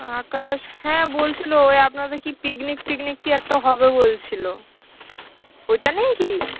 আকাশ হ্যাঁ বলছিলো ওই আপনাদের কী পিকনিক টিকনিক কী একটা হবে বলছিলো ওইটা নিয়েই কি